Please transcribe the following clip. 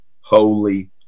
holy